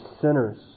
sinners